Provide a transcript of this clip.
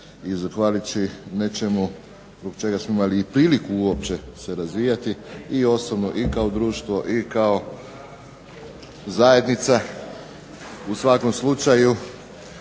i zahvaljujući nečemu zbog čega smo imali i priliku uopće se razvijati i osobno i kao društvo i kao zajednica u svakom slučaju